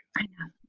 i know,